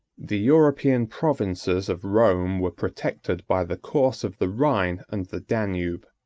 the european provinces of rome were protected by the course of the rhine and the danube.